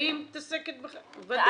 והיא מתעסקת ב --- ודאי.